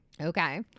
Okay